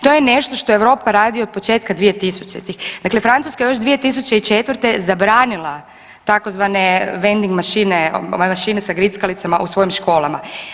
To je nešto što Europa radi od početka 2000.-ih, dakle Francuska još 2004. zabranila tzv. vending mašine, mašine sa grickalicama u svojim školama.